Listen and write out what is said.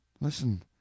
Listen